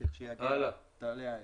בבוא העת.